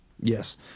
Yes